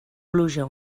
pluja